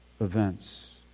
events